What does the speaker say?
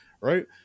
Right